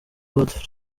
godfrey